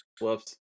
whoops